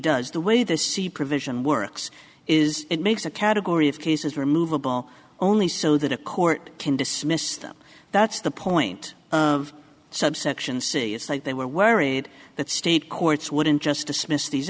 does the way they see provision works is it makes a category of cases removable only so that a court can dismiss them that's the point of subsection c it's like they were worried that state courts wouldn't just dismiss these